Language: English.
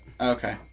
Okay